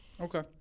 Okay